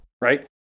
right